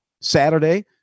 Saturday